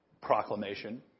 proclamation